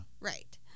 Right